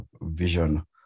vision